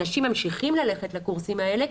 אנשים ממשיכים ללכת לקורסים האלה,